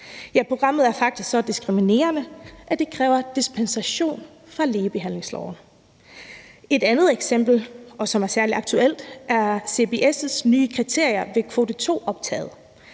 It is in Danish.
programmet er faktisk så diskriminerende, at det kræver en dispensation fra ligebehandlingsloven. Et andet eksempel, som også er særlig aktuelt, er CBS' nye kriterier ved kvote 2-optaget.